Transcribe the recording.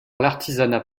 l’artisanat